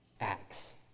acts